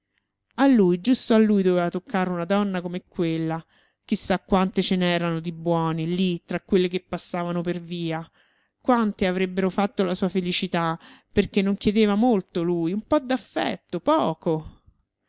a lui giusto a lui doveva toccare una donna come quella chi sa quante ce n'erano di buone lì tra quelle che passavano per via quante avrebbero fatto la sua felicità perché non chiedeva molto lui un po d'affetto poco